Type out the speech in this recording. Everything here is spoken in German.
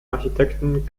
architekten